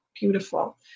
Beautiful